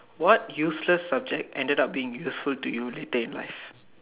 what useless subject ended up being useful to you later in life